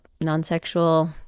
non-sexual